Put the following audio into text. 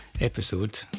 episode